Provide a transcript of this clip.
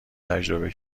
تجربه